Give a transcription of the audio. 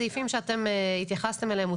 הסעיפים שאתם התייחסתם אליהם.